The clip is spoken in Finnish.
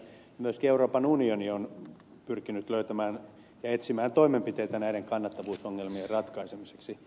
myöskin euroopan unioni on pyrkinyt löytämään ja etsimään toimenpiteitä näiden kannattavuusongelmien ratkaisemiseksi